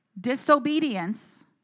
disobedience